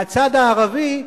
מהצד הערבי,